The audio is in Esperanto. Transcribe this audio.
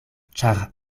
ĉar